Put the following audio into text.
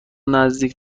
نزدیک